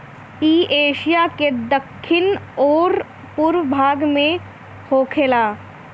इ एशिया के दखिन अउरी पूरब भाग में ढेर होखेला